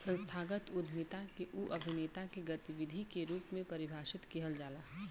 संस्थागत उद्यमिता के उ अभिनेता के गतिविधि के रूप में परिभाषित किहल जाला